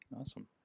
Awesome